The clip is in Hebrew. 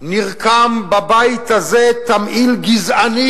נרקם בבית הזה תמהיל גזעני,